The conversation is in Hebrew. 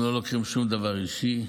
אנחנו לא לוקחים שום דבר אישי,